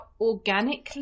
organically